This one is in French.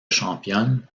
championne